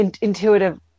intuitive